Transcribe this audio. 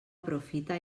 aprofita